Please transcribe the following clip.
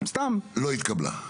לא התקבלה.